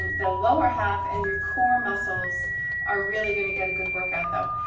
the lower half and your core muscles are really going to get a good workout though.